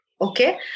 okay